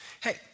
Hey